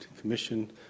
Commission